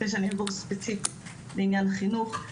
אחרי שאני אעבור ספציפית לעניין החינוך.